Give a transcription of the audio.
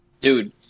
dude